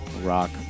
rock